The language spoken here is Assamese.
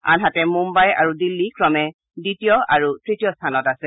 আনহাতে মুন্নাই আৰু দিল্লী ক্ৰমে দ্বিতীয় আৰু তৃতীয় স্থানত আছে